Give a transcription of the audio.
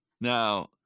Now